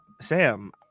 Sam